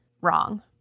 wrong